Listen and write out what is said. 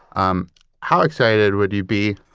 um how excited would you be?